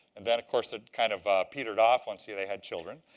and then, of course, it kind of petered off once yeah they had children,